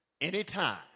anytime